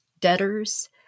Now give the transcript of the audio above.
debtors